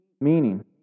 meaning